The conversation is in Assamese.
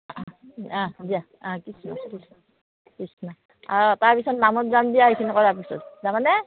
অঁ দিয়া অঁ কৃষ্ণ কৃষ্ণ কৃষ্ণ আৰু তাৰপিছত নামত যাম দিয়া এইখিনি কৰাৰ পিছত যাবানে